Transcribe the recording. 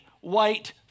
white